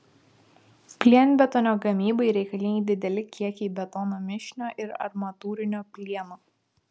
plienbetonio gamybai reikalingi dideli kiekiai betono mišinio ir armatūrinio plieno